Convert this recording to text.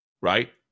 right